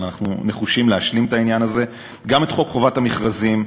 אבל אנחנו נחושים להשלים את העניין הזה, את חוק חובת המכרזים